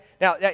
Now